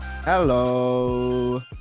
Hello